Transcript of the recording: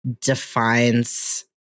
defines